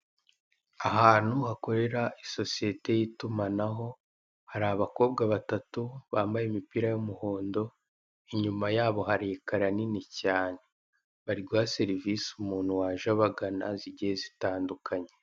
Ahantu hakorera isosiyeti y'itumanaho hari abakobwa batatu bambaye imipira y'umuhondo inyuma yabo hari ekara nini cyane bari guha serivise umuntu waje abagana zigiye zitandukanye.